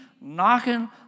knocking